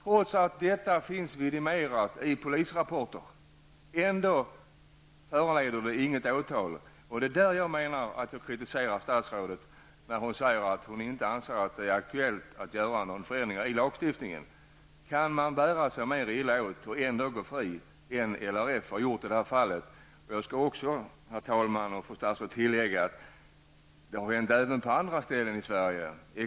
Trots att detta finns vidimerat i polisrapporter, föranleder det inget åtal. Det är därför jag kritiserar statsrådet, när hon säger att hon inte anser att det är aktuellt att göra några förändringar i lagstiftningen. Kan man bära sig mer illa åt än RLF har gjort i det här fallet och ändå gå fri? Jag vill också, herr talman och fru statsråd, tillägga att exakt samma saker har hänt även på andra ställen i Sverige.